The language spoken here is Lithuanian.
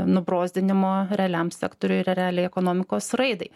nubrozdinimo realiam sektoriui ir realiai ekonomikos raidai